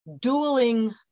dueling